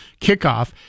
kickoff